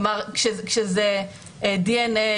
כלומר כשזה DNA,